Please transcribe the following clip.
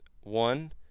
one